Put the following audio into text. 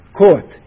court